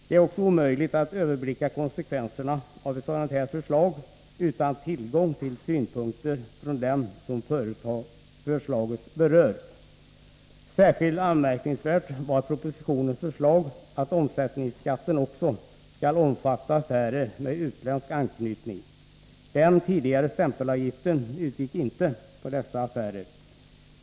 Det är också omöjligt att överblicka konsekvenserna av ett sådant här förslag utan tillgång till synpunkter från dem som förslaget berör. Särskilt anmärkningsvärt är propositionens förslag att omsättningsskatten också skall omfatta affärer med utländsk anknytning. Den tidigare stämpelavgiften utgick inte på dessa affärer.